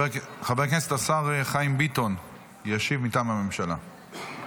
השר חיים ביטון ישיב מטעם הממשלה.